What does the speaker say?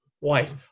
wife